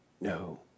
No